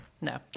No